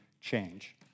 change